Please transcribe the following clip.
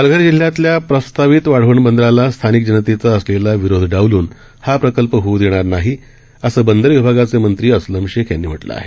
पालघरजिल्ह्यातल्याप्रस्तावितवाढवणबंदरालास्थानिकजनतेचाअसलेलाविरोधडावलूनहाप्रकल्पहो ऊदेणारनाहीअसंबंदरविभागाचेमंत्रीअस्लमशेखयांनीम्हटलंआहे